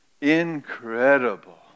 incredible